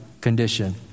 condition